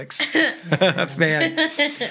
fan